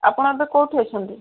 ଆପଣ ଏବେ କେଉଁଠି ଅଛନ୍ତି